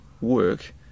work